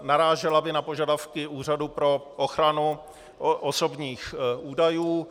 Narážela by na požadavky Úřadu pro ochranu osobních údajů.